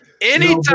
Anytime